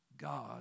God